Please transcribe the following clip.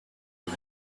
and